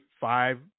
five